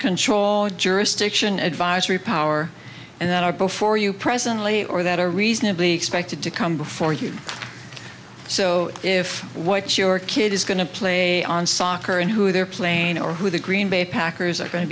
control or jurisdiction advisory power and that are before you presently or that are reasonably expected to come before you so if what your kid is going to play on soccer and who they're playing or who the green bay packers are going to